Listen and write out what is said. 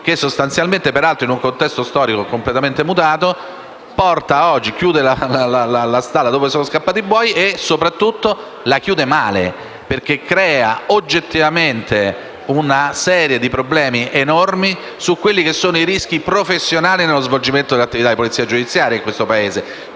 che sostanzialmente - peraltro in un contesto storico completamente mutato - chiude la stalla dove sono scappati i buoi; e soprattutto la chiude male, perché crea oggettivamente una serie di problemi enormi sui rischi professionali nello svolgimento dell'attività di polizia giudiziaria nel nostro Paese.